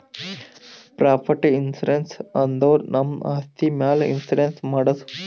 property insurance ಅಂದುರ್ ನಮ್ ಆಸ್ತಿ ಮ್ಯಾಲ್ ಇನ್ಸೂರೆನ್ಸ್ ಮಾಡದು